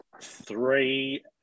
three